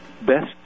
best